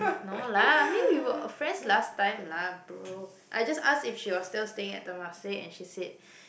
no lah I mean we were friends last time lah bro I just ask if she was still staying at Temasek and she said